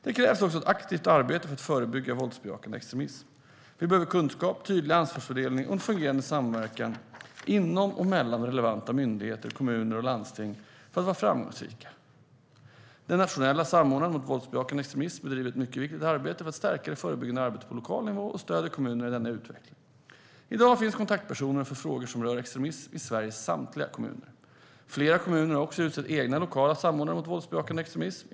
Det krävs också ett aktivt arbete för att förebygga våldsbejakande extremism. Vi behöver kunskap, tydlig ansvarsfördelning och en fungerande samverkan inom och mellan relevanta myndigheter, kommuner och landsting för att vara framgångsrika. Den nationella samordnaren mot våldsbejakande extremism bedriver ett mycket viktigt arbete för att stärka det förebyggande arbetet på lokal nivå och stöder kommunerna i denna utveckling. I dag finns kontaktpersoner för frågor som rör extremism i Sveriges samtliga kommuner. Flera kommuner har också utsett egna lokala samordnare mot våldsbejakande extremism.